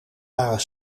waren